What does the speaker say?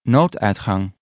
Nooduitgang